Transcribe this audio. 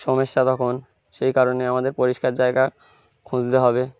সমস্যা তখন সেই কারণে আমাদের পরিষ্কার জায়গা খুঁজতে হবে